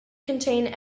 contained